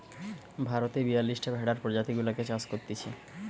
ভারতে বিয়াল্লিশটা ভেড়ার প্রজাতি গুলাকে চাষ করতিছে